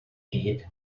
gyd